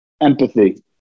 empathy